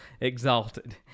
exalted